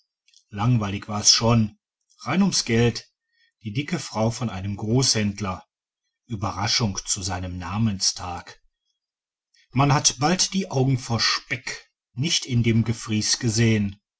langweilig war's schon rein ums geld die dicke frau von einem großhändler überraschung zu seinem namenstag man hat bald die augen vor speck nicht in dem gefries gesehen